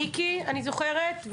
מיקי, אני זוכרת.